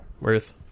worth